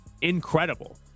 incredible